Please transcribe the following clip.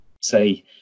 say